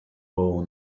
role